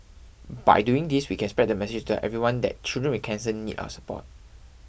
by doing this we can spread the message to tell everyone that children with cancer need our support